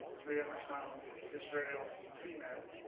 korean han is very often female.